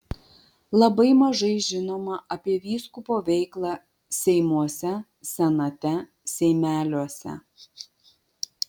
labai mažai žinoma apie vyskupo veiklą seimuose senate seimeliuose